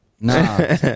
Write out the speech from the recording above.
Nah